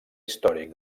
històric